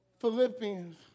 Philippians